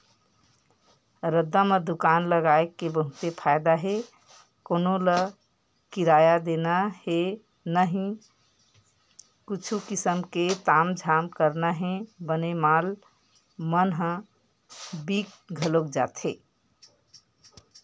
रद्दा म दुकान लगाय के बहुते फायदा हे कोनो ल किराया देना हे न ही कुछु किसम के तामझाम करना हे बने माल मन ह बिक घलोक जाथे